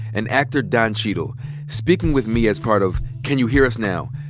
and actor don cheadle speaking with me as part of, can you hear us now?